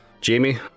Jamie